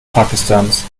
pakistans